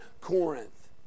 Corinth